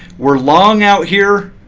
we're long out here,